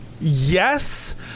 Yes